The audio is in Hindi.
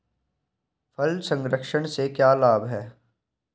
फल संरक्षण से क्या लाभ है?